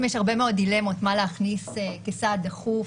הרבה מאוד דילמות מה להכניס כסעד דחוף,